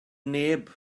neb